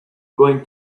going